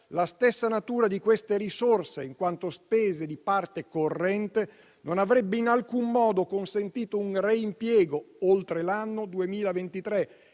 la stessa natura di queste risorse, in quanto spese di parte corrente, non avrebbe in alcun modo consentito un reimpiego oltre l'anno 2023